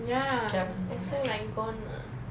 ya also like gone eh